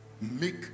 Make